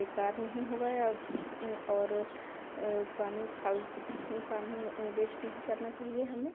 बेकार नहीं होगा अब और पानी फल पानी वेस्ट नहीं करना चाहिए हमें